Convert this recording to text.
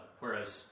whereas